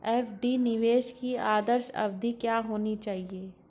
FD निवेश की आदर्श अवधि क्या होनी चाहिए?